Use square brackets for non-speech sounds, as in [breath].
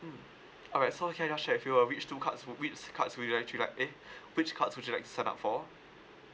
mm alright so can I just share with you uh which two cards would which cards will you actually like eh [breath] which cards would you like to sign up for